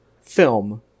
film